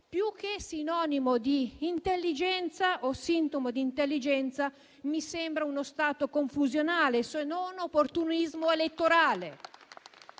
Più che sinonimo o sintomo di intelligenza, questo mi sembra uno stato confusionale, se non opportunismo elettorale.